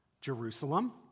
Jerusalem